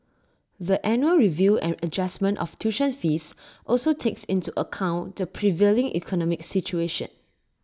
the annual review and adjustment of tuition fees also takes into account the prevailing economic situation